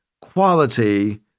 quality